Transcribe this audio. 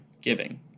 giving